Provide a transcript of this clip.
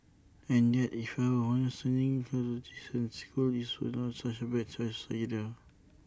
and yet if I were honest sending her to Jason's school is not such A bad choice either